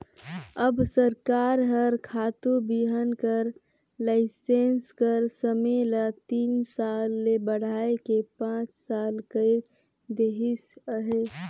अब सरकार हर खातू बीहन कर लाइसेंस कर समे ल तीन साल ले बढ़ाए के पाँच साल कइर देहिस अहे